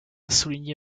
souligné